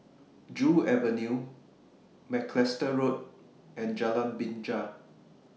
Joo Avenue Macalister Road and Jalan Binja